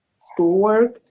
schoolwork